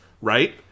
right